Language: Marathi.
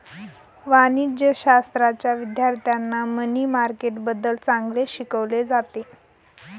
वाणिज्यशाश्राच्या विद्यार्थ्यांना मनी मार्केटबद्दल चांगले शिकवले जाते